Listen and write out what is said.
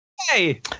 Hey